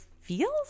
feels